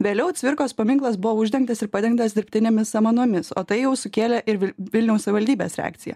vėliau cvirkos paminklas buvo uždengtas ir padengtas dirbtinėmis samanomis o tai jau sukėlė ir vilniaus savivaldybės reakciją